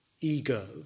ego